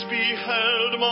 beheld